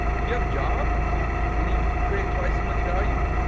if you have a job and you create twice as much value,